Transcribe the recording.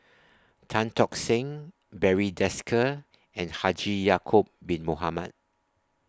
Tan Tock Seng Barry Desker and Haji Ya'Acob Bin Mohamed